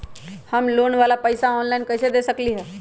हम लोन वाला पैसा ऑनलाइन कईसे दे सकेलि ह?